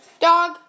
Dog